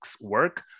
work